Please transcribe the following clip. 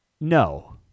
No